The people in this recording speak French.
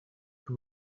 que